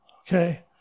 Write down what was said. Okay